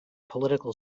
political